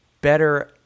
better